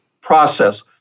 process